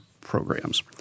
programs